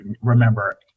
remember